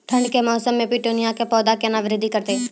ठंड के मौसम मे पिटूनिया के पौधा केना बृद्धि करतै?